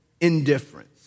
indifference